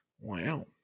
Wow